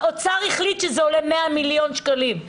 האוצר החליט שזה עולה 100 מיליון שקלים.